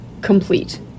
complete